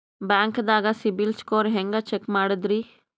ಬ್ಯಾಂಕ್ದಾಗ CIBIL score ಹೆಂಗ್ check ಮಾಡದ್ರಿ?